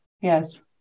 Yes